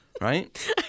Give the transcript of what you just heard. Right